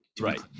right